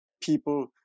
people